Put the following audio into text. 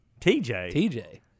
TJ